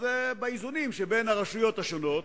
אז באיזונים שבין הרשויות השונות,